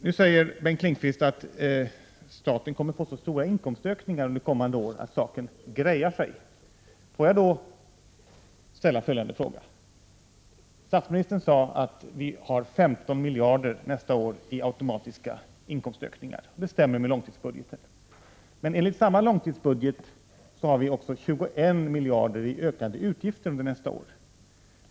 Nu säger Bengt Lindqvist att staten kommer att få så stora inkomstökningar under kommande år att saken ”grejar sig”. Jag vill då ställa följande fråga. Statsministern sade att vi under nästa år får 15 miljarder i automatiska inkomstökningar. Det stämmer med långtidsbudgeten. Men enligt samma långtidsbudget får vi också 21 miljarder i ökade utgifter under nästa år.